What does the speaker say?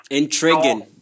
Intriguing